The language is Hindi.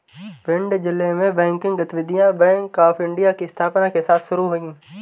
भिंड जिले में बैंकिंग गतिविधियां बैंक ऑफ़ इंडिया की स्थापना के साथ शुरू हुई